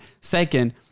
Second